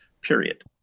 Period